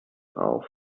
auf